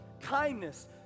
Kindness